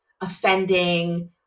offending